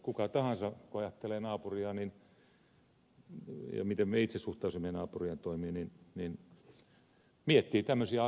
kuka tahansa kun ajattelee naapuria ja sitä miten me itse suhtautuisimme naapurien toimiin miettii tämmöisiä asioita